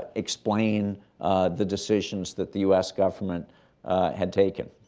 ah explain the decisions that the u s. government had taken.